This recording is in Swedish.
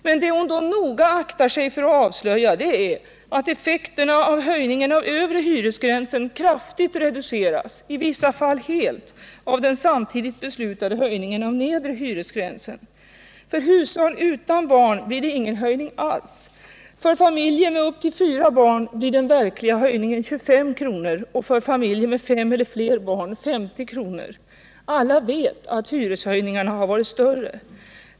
Men det hon då noga aktade sig för att avslöja var att effekterna av höjningen av övre hyresgränsen kraftigt reduceras, i vissa fall helt, av den samtidigt beslutade höjningen av nedre hyresgränsen. För hushåll utan barn blir det ingen höjning alls. För familjer med upp till fyra barn blir den verkliga höjningen 25 kr. och för familjer med fem eller fler barn 50 kr. Alla vet att hyreshöjningarna har varit större.